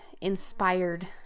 inspired